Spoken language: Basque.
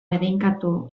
bedeinkatu